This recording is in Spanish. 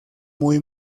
muy